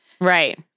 Right